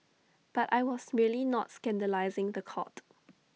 but I was really not scandalising The Court